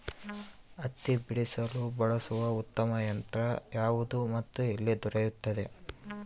ಹತ್ತಿ ಬಿಡಿಸಲು ಬಳಸುವ ಉತ್ತಮ ಯಂತ್ರ ಯಾವುದು ಮತ್ತು ಎಲ್ಲಿ ದೊರೆಯುತ್ತದೆ?